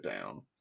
down